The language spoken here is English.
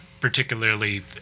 particularly